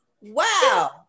Wow